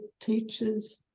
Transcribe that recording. teachers